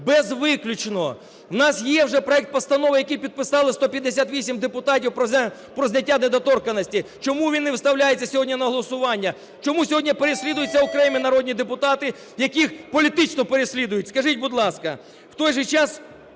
без виключення. В нас є вже проект постанови, який підписали 158 депутатів про зняття недоторканності. Чому він не виставляється сьогодні на голосування? Чому сьогодні переслідуються окремі народні депутати, яких політично переслідують, скажіть, будь ласка? В той же час,